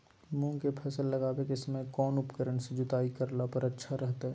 मूंग के फसल लगावे के समय कौन उपकरण से जुताई करला पर अच्छा रहतय?